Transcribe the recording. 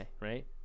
right